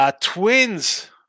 Twins